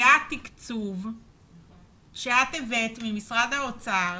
היה תקצוב שאת הבאת ממשרד האוצר